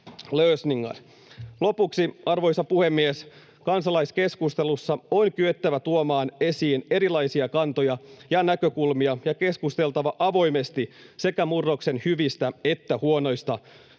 Lopuksi, arvoisa puhemies, kansalaiskeskustelussa on kyettävä tuomaan esiin erilaisia kantoja ja näkökulmia ja keskusteltava avoimesti sekä murroksen hyvistä että huonoista seurauksista.